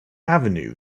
avenue